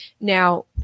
Now